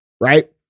right